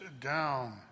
down